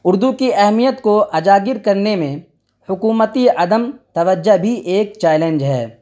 اردو کی اہمیت کو اجاگر کرنے میں حکومتی عدم توجہ بھی ایک چیلنج ہے